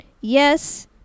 yes